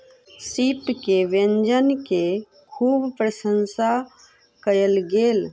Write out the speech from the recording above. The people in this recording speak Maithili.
सीप के व्यंजन के खूब प्रसंशा कयल गेल